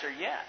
yes